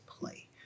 play